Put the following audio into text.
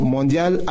Mondial